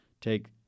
take